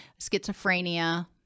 schizophrenia